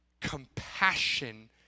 compassion